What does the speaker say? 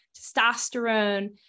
testosterone